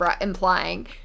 implying